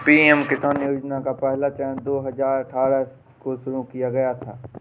PM Kisan Yojana का पहला चरण दो हज़ार अठ्ठारह को शुरू किया गया था